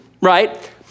right